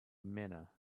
mina